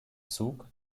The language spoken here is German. zug